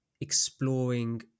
exploring